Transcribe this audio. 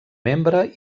membre